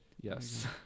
yes